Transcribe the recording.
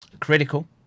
critical